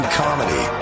comedy